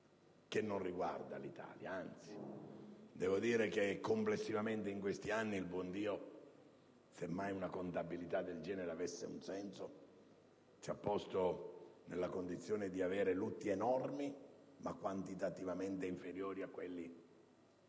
che non riguarda l'Italia: anzi, devo dire che, complessivamente, in questi anni il buon Dio (semmai una contabilità del genere avesse un senso) ci ha posto nella condizione di avere lutti enormi, ma quantitativamente inferiori a quelli,